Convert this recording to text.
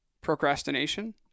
procrastination